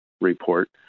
report